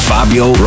Fabio